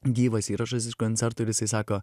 gyvas įrašas iš koncerto ir jisai sako